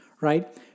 right